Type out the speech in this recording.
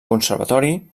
conservatori